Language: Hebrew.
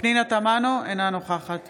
פנינה תמנו, אינה נוכחת